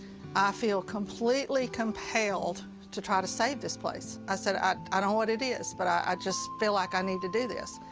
i feel completely compelled to try to save this place. i said, i i don't know what it is, but i just feel like i need to do this.